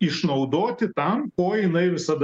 išnaudoti tam ko jinai visada